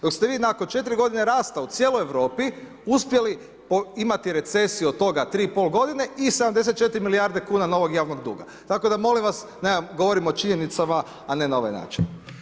Dok ste vi nakon 4 godine rasta u cijeloj Europi, uspjeli imali recesiji od toga 3,5 godine i 74 milijarde kuna novoga javnog duga, tako da molim vas, naime, govorimo o činjenicama, a ne na ovaj način.